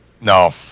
No